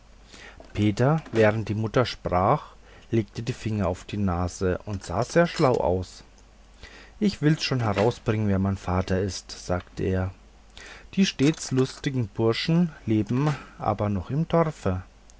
peter während die mutter sprach legte den finger auf die nase und sah sehr schlau aus ich will's schon herausbringen wer mein vater ist sagte er die stets lustigen burschen lebten aber noch im dorfe